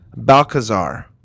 Balcazar